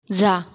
जा